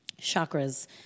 chakras